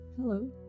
Hello